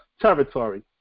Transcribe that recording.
territory